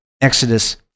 exodus